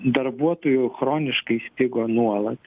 darbuotojų chroniškai stigo nuolat